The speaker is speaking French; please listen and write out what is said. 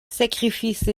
sacrifice